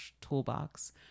Toolbox